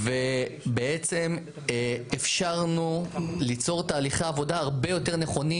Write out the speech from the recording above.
בעצם אפשרנו ליצור תהליכי עבודה הרבה יותר נכונים